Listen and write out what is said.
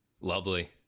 Lovely